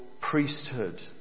priesthood